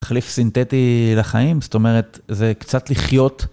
החליף סינתטי לחיים, זאת אומרת, זה קצת לחיות.